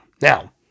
Now